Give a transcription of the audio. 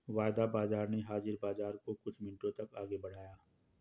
वायदा बाजार ने हाजिर बाजार को कुछ मिनटों तक आगे बढ़ाया